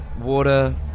water